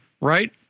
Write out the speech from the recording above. right